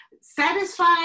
satisfied